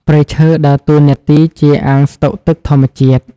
ព្រៃឈើដើរតួនាទីជាអាងស្តុកទឹកធម្មជាតិ។